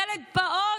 ילד פעוט,